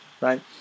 right